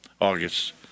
August